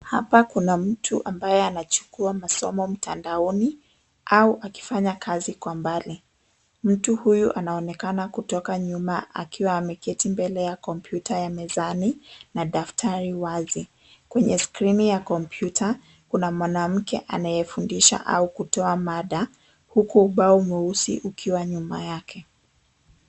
Hapa kuna mtu ambaye anachukua masomo mtandaoni au akifanya kazi kwa mbali. Mtu huyu anaonekana kutoka nyuma akiwa ameketi mbele ya kompyuta ya mezani na daftari wazi. Kwenye skrini ya kompyuta kuna mwanamke anayefundisha au kutoa mada huku ubao mweusi ukiwa nyuma yake.